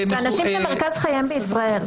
זה אנשים שמרכז חייהם בישראל.